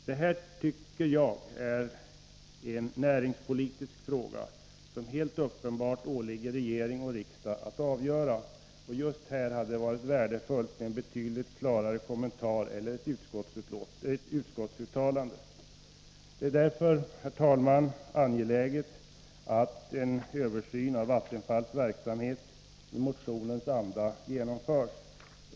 Detta tycker jag är en näringspolitisk fråga som det helt uppenbart åligger regering och riksdag att avgöra, och just här hade det varit värdefullt med en betydligt klarare kommentar eller ett utskottsuttalande. Det är därför, herr talman, angeläget att en översyn av Vattenfalls verksamhet i motionens anda genomförs.